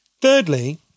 Thirdly